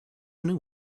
new